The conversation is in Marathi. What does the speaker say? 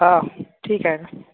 हा ठीक आहे ना